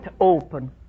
open